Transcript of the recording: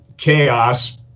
Chaos